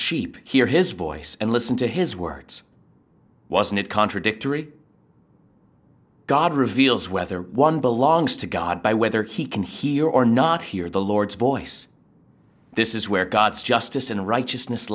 sheep hear his voice and listen to his words wasn't it contradictory god reveals whether one belongs to god by whether he can hear or not hear the lord's voice this is where god's justice and righteousness